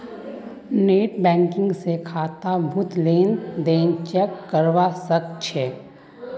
net banking स खातात बितु लेन देन चेक करवा सख छि